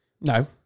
No